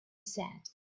said